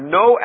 no